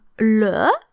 le